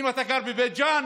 אם אתה גר בבית ג'ן